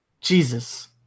Jesus